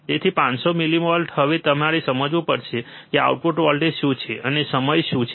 તેથી 500 મિલીવોલ્ટ હવે તમારે સમજવું પડશે કે આઉટપુટ વોલ્ટેજ શું છે અને સમય શું છે